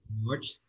March